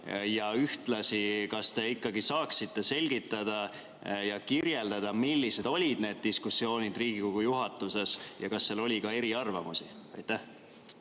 ja ühtlasi, kas te saaksite selgitada ja kirjeldada, millised olid need diskussioonid Riigikogu juhatuses ja kas seal oli ka eriarvamusi? Aitäh,